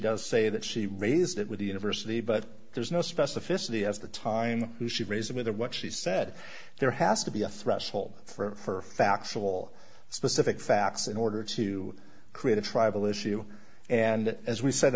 does say that she raised it with the university but there's no specificity as the time who she raised with or what she said there has to be a threshold for facts of all specific facts in order to create a tribal issue and as we s